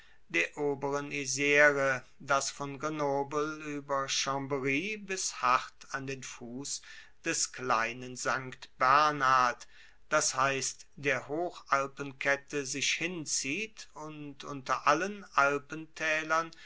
isre das von grenoble ueber chambry bis hart an den fuss des kleinen st bernhard das heisst der hochalpenkette sich hinzieht und unter allen alpentaelern